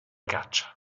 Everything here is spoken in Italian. caccia